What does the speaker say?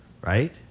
Right